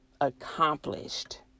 accomplished